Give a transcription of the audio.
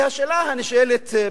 והשאלה הנשאלת היא,